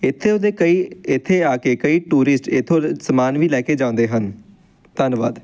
ਇੱਥੇ ਉਹਦੇ ਕਈ ਇੱਥੇ ਆ ਕੇ ਕਈ ਟੂਰਿਸਟ ਇੱਥੋਂ ਸਮਾਨ ਵੀ ਲੈ ਕੇ ਜਾਂਦੇ ਹਨ ਧੰਨਵਾਦ